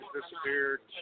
disappeared